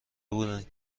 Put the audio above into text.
بودند